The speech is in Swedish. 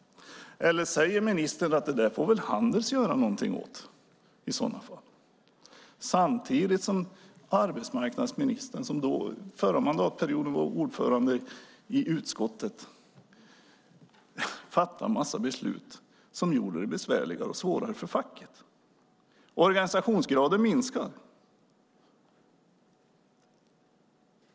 Eller säger ministern att det där får väl Handels i så fall göra någonting åt? Samtidigt fattade arbetsmarknadsministern, som under förra mandatperioden var ordförande i utskottet, en massa beslut som gjorde det besvärligare och svårare för facket. Organisationsgraden minskar.